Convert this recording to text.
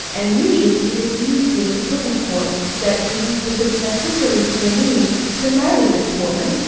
and usually it is easier to prove in court that, you know, this is necessary for me to marry this woman,